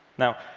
now,